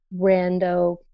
rando